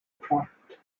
product